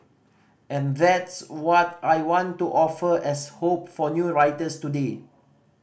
and that's what I want to offer as hope for new writers today